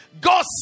God